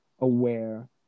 aware